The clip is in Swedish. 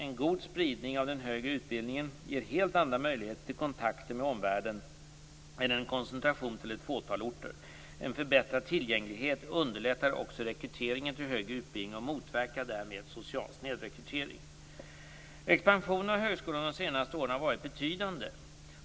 En god spridning av den högre utbildningen ger helt andra möjligheter till kontakter med omvärlden än en koncentration till ett fåtal orter. En förbättrad tillgänglighet underlättar också rekryteringen till högre utbildning och motverkar därmed social snedrekrytering. Expansionen av högskolan de senaste åren har varit betydande.